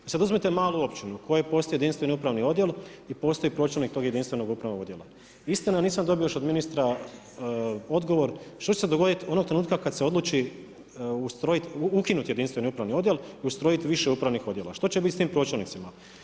I sada uzmete malu općinu u kojoj postoji jedinstveni upravni odjel i postoji pročelnik tog jedinstvenog upravnog odjela, istina nisam još dobio od ministra odgovor, što će se dogoditi onog trenutka kada se odluči ukinut jedinstveni upravni odjel i ustrojiti više upravnih odjela, što će biti s tim pročelnicima?